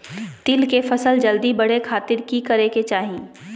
तिल के फसल जल्दी बड़े खातिर की करे के चाही?